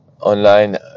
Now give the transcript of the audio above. online